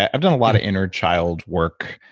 i've done a lot of inner child work,